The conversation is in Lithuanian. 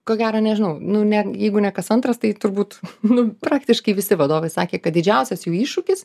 ko gero nežinau nu ne jeigu ne kas antras tai turbūt nu praktiškai visi vadovai sakė kad didžiausias iššūkis